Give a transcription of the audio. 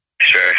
Sure